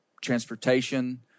transportation